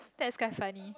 that's quite funny